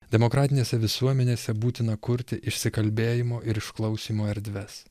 demokratinėse visuomenėse būtina kurti išsikalbėjimo ir išklausymo erdves